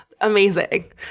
Amazing